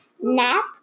nap